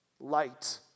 Light